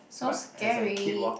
so scary